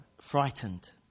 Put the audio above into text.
frightened